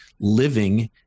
living